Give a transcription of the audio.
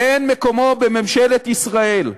אין מקומו בממשלת ישראל.